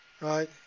Right